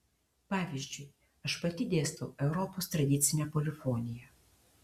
pavyzdžiui aš pati dėstau europos tradicinę polifoniją